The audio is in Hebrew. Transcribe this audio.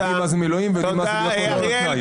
יודעים מה זה מילואים ויודעים מה זה לא להיות על תנאי.